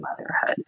motherhood